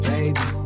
Baby